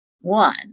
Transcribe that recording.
One